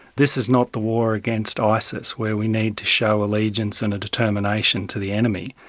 this is not the war against isis where we need to show allegiance and a determination to the enemy.